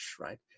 right